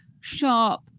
sharp